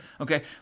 Okay